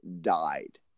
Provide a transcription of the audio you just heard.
died